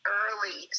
early